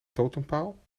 totempaal